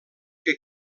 que